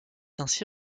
ainsi